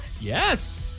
Yes